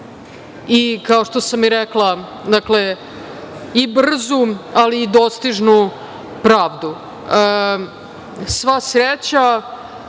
i kao što sam i rekla, dakle, i brzu, ali i dostižnu pravdu. Sva sreća